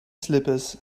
slippers